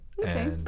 Okay